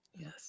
Yes